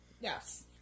Yes